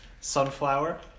Sunflower